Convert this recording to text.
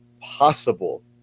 possible